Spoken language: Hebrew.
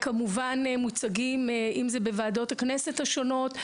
כמובן הם מוצגים בוועדות הכנסת השונות.